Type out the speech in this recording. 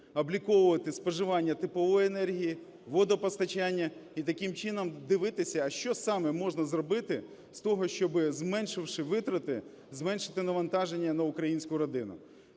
обліковувати споживання теплової енергії, водопостачання, і таким чином дивитися, що саме можна зробити з того, щоби, зменшивши витрати, зменшити навантаження на українську родину.